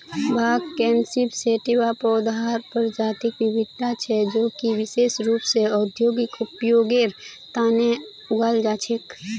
भांग cannabis sativa पौधार प्रजातिक विविधता छे जो कि विशेष रूप स औद्योगिक उपयोगेर तना उगाल जा छे